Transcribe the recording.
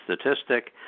statistic